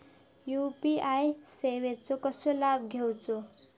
UPI सेवाचो कसो लाभ घेवचो?